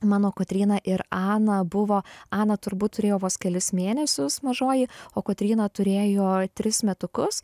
mano kotryna ir ana buvo ana turbūt turėjo vos kelis mėnesius mažoji o kotryna turėjo tris metukus